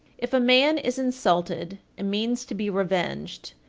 if a man is insulted and means to be revenged,